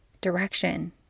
direction